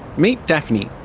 meet daphne.